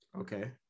Okay